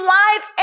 life